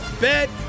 Bet